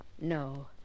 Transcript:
No